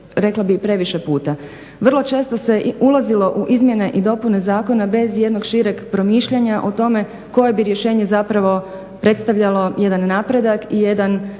rekla bih previše puta. Vrlo često se ulazilo u izmjene i dopune zakona bez jednog šireg promišljanja o tome koje bi rješenje zapravo predstavljalo jedan napredak i jedan